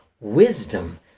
Wisdom